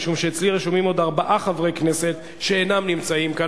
משום שאצלי רשומים עוד ארבעה חברי כנסת שאינם נמצאים כאן,